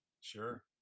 Sure